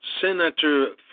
Senator